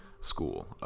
school